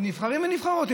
נבחרים ונבחרות.